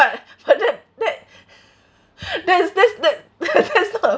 but that that that's that's that that's not a